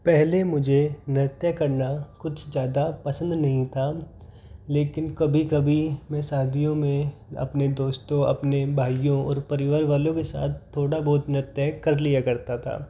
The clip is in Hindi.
पहले मुझे नृत्य करना कुछ ज़्यादा पसंद नहीं था लेकिन कभी कभी मैं शादियों में अपने दोस्तों अपने भाइयों और परिवार वालों के साथ थोड़ा बहुत नृत्य कर लिया करता था